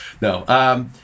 no